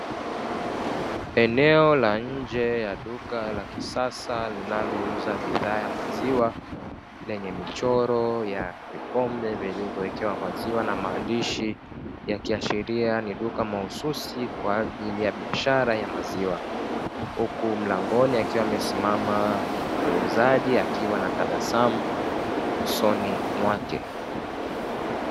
Eneo la nje ya duka la kisasa linalouza bidhaa ya maziwa lenye michoro ya vikombe vilivyowekewa maziwa na maandishi yakiashiria ni duka mahususi kwa ajili ya biashara ya maziwa, huku mlangoni akiwa amesimama muuzaji akiwa na tabasamu usoni mwake.